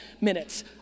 minutes